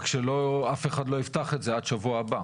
רק שאף אחד לא יפתח את זה עד שבוע הבא.